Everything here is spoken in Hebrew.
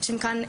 שיושבים כאן,